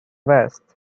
west